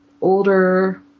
older